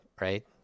right